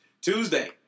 Tuesday